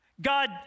God